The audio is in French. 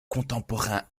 contemporain